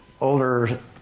older